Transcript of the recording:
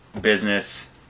business